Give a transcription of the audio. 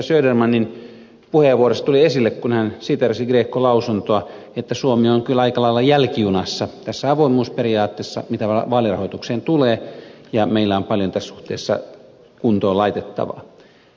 södermanin puheenvuorossa tuli esille kun hän siteerasi grecon lausuntoa että suomi on kyllä aika lailla jälkijunassa tässä avoimuusperiaatteessa mitä vaalirahoitukseen tulee ja meillä on paljon tässä suhteessa kuntoon laitettavaa